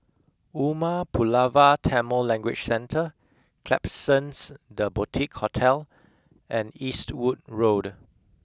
Umar Pulavar Tamil Language Centre Klapsons the Boutique Hotel and Eastwood Road